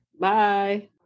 Bye